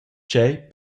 tgei